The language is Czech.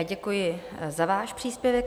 Děkuji za váš příspěvek.